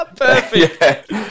Perfect